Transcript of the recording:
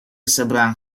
seberang